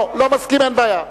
לא מסכים, אין בעיה.